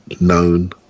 known